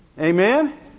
Amen